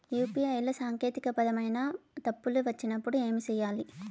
UPI లో సాంకేతికపరమైన పరమైన తప్పులు వచ్చినప్పుడు ఏమి సేయాలి